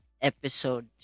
episode